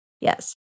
yes